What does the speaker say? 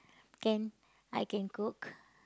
can I can cook